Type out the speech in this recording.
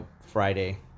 Friday